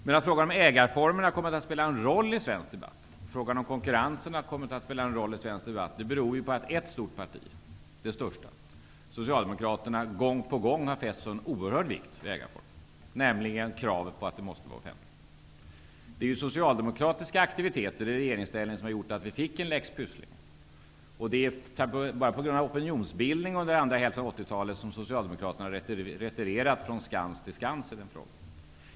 Men frågan om ägarformen har kommit att spela en roll i svensk debatt. Frågan om konkurrensen har kommit att spela en roll. Det beror på att ett stort parti, det största, Socialdemokraterna, gång på gång har fäst en så oerhört stor vikt vid ägarformen, nämligen ställt kravet att det måste vara offentligt. Det är socialdemokratiska aktiviteter i regeringsställning som gjort att vi fick lex Pysslingen. Men på grund av opinionsbildning och annat som hände under 80-talet har Socialdemokraterna nu retirerat från skans till skans i denna fråga.